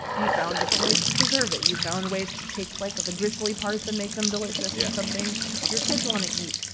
you found different ways to preserve it. you found ways to take, like, the gristly parts and make them delicious. yeah. and something your kids want to eat